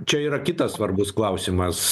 čia yra kitas svarbus klausimas